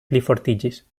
plifortiĝis